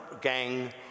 gang